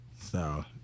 So-